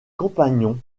compagnons